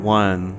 one